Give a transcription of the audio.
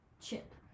chip